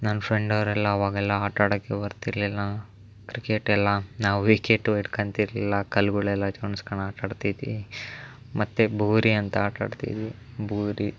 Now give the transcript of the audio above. ನನ್ನ ಫ್ರೆಂಡ್ ಅವರೆಲ್ಲ ಅವಾಗೆಲ್ಲ ಆಟ ಆಡೋಕೇ ಬರ್ತಿರಲಿಲ್ಲ ಕ್ರಿಕೆಟ್ ಎಲ್ಲ ನಾವು ವಿಕೆಟ್ಟು ಇಟ್ಕಂತಿರ್ಲಿಲ್ಲ ಕಲ್ಗಳೆಲ್ಲ ಇಟ್ಟು ಜೋಡ್ಸ್ಕಂಡ್ ಆಟ ಆಡ್ತಿದ್ವಿ ಮತ್ತು ಬುಗುರಿ ಅಂತ ಆಟ ಆಡ್ತಿದ್ವಿ ಬುಗುರಿ